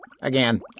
again